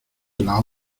las